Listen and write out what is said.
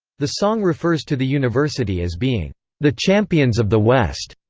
the song refers to the university as being the champions of the west.